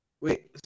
Wait